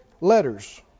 letters